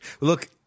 Look